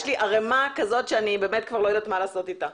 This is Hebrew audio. אני כבר באמת לא יודעת מה לעשות איתם.